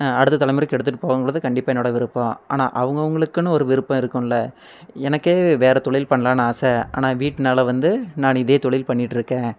அடுத்த தலைமுறைக்கு எடுத்துகிட்டு போகணுங்கறது கண்டிப்பாக என்னோட விருப்பம் ஆனால் அவங்கவுங்களுக்குனு ஒரு விருப்பம் இருக்கும்ல்ல எனக்கே வேறு தொழில் பண்ணலான்னு ஆசை ஆனால் வீட்னால வந்து நான் இதே தொழில் பண்ணிட்டுருக்கேன்